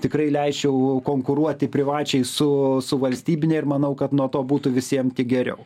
tikrai leisčiau konkuruoti privačiai su su valstybine ir manau kad nuo to būtų visiem geriau